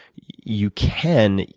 you can,